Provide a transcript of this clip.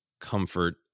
comfort